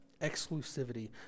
Exclusivity